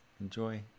enjoy